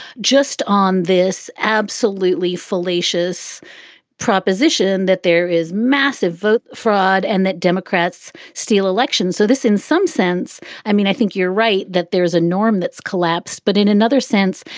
just on this absolutely fallacious proposition that there is massive voter fraud and that democrats steal elections. so this in some sense i mean, i think you're right that there is a norm that's collapsed. but in another sense,